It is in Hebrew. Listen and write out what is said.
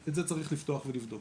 את זה צריך לפתוח ולבדוק,